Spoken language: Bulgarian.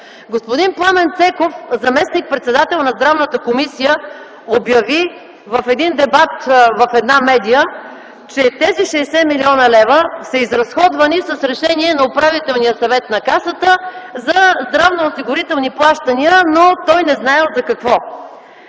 Господин Пламен Цеков, заместник-председател на Здравната комисия, обяви в един дебат в една медия, че тези 60 млн. лв. са изразходвани с решение на Управителния съвет на Касата за здравноосигурителни плащания, но той не знаел за какво.